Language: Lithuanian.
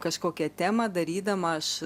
kažkokią temą darydama aš